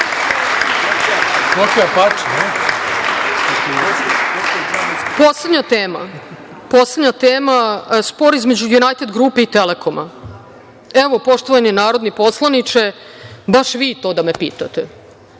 sledeća afera. Poslednja tema – spor između „Junajted grupe“ i „Telekoma“. Evo, poštovani narodni poslaniče, baš vi to da me pitate,